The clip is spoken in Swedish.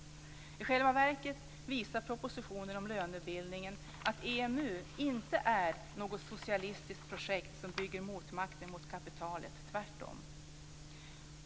I själva verket visar propositionen om lönebildningen att EMU inte är något socialistiskt projekt som bygger motmakter mot kapitalet - tvärtom.